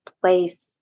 place